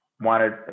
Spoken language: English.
wanted